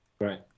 Right